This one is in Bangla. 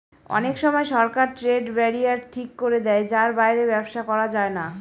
অনেক সময় সরকার ট্রেড ব্যারিয়ার ঠিক করে দেয় যার বাইরে ব্যবসা করা যায় না